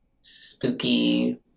spooky